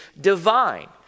divine